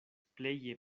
pleje